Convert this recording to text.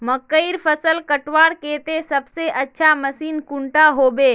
मकईर फसल कटवार केते सबसे अच्छा मशीन कुंडा होबे?